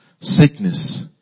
sickness